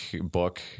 book